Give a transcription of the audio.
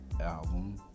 album